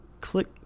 click